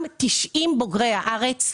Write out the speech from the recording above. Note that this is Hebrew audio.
כאשר 90 מתוכם הם בוגרי הארץ,